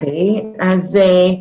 בבקשה.